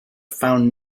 found